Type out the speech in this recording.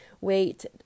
wait